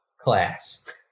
class